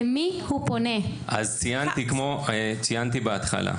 למי הוא פונה?) ציינתי בהתחלה,